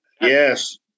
Yes